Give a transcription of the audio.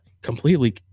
completely